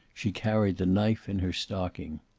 she carried the knife in her stocking.